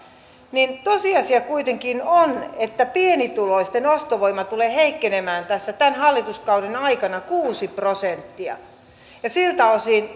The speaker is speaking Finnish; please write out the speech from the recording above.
niin tosiasia kuitenkin on että pienituloisten ostovoima tulee heikkenemään tämän hallituskauden aikana kuusi prosenttia siltä osin